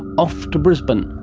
off to brisbane!